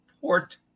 port